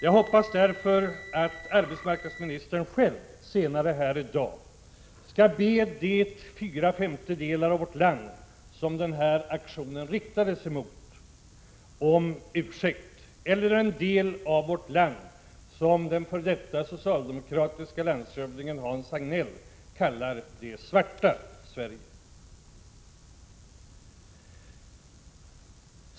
Jag hoppas därför att arbetsmarknadsministern själv senare här i dag skall be de fyra femtedelar av vårt land som den här aktionen riktat sig emot om ursäkt. Det gäller en del av vårt land som den förre socialdemokratiske landshövdingen Hans Hagnell kallar det svarta Sverige.